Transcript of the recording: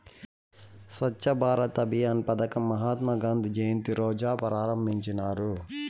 స్వచ్ఛ భారత్ అభియాన్ పదకం మహాత్మా గాంధీ జయంతి రోజా ప్రారంభించినారు